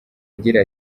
agira